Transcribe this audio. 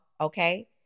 okay